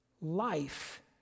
life